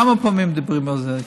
כמה פעמים מדברים על זה?